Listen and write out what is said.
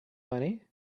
money